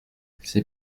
c’est